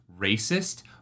racist